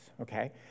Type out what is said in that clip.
okay